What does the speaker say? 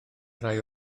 rai